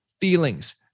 feelings